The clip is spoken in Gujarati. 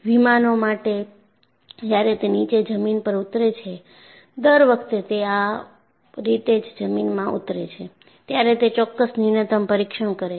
વિમાનો માટે જ્યારે તે નીચે જમીન પર ઉતરે છે દરવખતે તે આ રીતે જ જમીનમાં ઉતરે છે ત્યારે તે ચોક્કસ ન્યૂનતમ પરીક્ષણ કરે છે